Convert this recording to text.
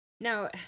Now